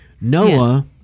Noah